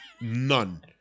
None